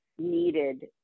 needed